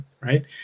right